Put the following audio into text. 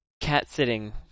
cat-sitting